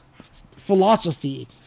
philosophy